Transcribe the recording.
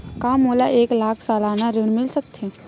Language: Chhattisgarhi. का मोला एक लाख सालाना ऋण मिल सकथे?